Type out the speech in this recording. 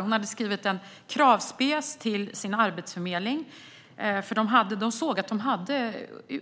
Hon hade skrivit en kravspecifikation till sin lokala arbetsförmedling eftersom hon såg att det fanns